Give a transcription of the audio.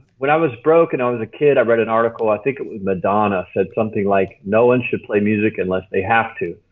when i was broke and i was a kid i read an article, i think it was madonna said something like no one should play music unless they have to,